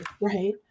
right